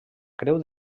creu